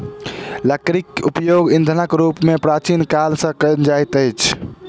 लकड़ीक उपयोग ईंधनक रूप मे प्राचीन काल सॅ कएल जाइत अछि